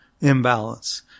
imbalance